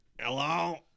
Hello